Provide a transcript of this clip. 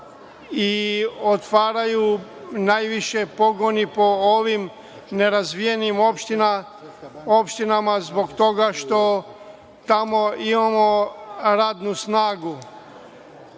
i otvaraju najviše pogoni po ovim nerazvijenim opštinama, zbog toga što tamo imamo radnu snagu. Država